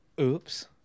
Oops